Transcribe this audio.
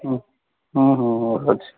ଅଛି